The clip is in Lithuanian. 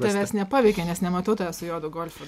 tavęs nepaveikė nes nematau tavęs su juodu golfu